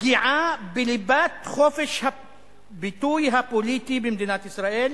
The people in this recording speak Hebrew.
פגיעה בליבת חופש הביטוי הפוליטי במדינת ישראל,